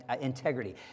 integrity